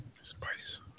Spice